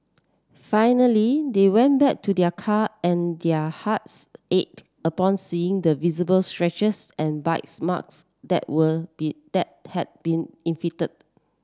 finally they went back to their car and their hearts ache upon seeing the visible stretches and bites marts that were be that had been